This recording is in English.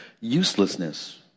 uselessness